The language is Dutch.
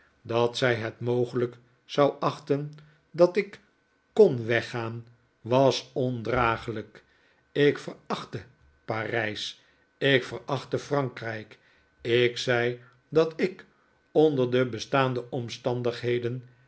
dat zij het mogelijk zou achten dat ik kon weggaan was ondraaglijk ik verachtte parijs ik verachtte frankrijk ik zei dat ik onder de bestaande omstandigheden